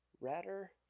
Ratter